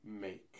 make